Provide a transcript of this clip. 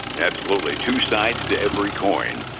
absolutely two sides to every coin.